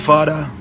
Father